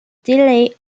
delay